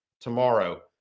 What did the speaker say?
tomorrow